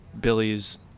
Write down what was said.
Billy's